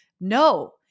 no